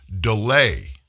delay